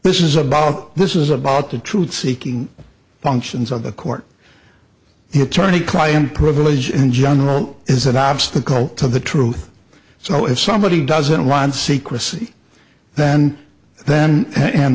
is about this is about the truth seeking functions of the court the attorney client privilege in general is an obstacle to the truth so if somebody doesn't want secrecy than then and